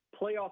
playoff